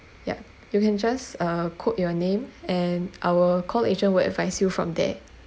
yeah you can just uh quote your name and our call agent will advise you from there